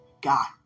God